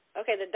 Okay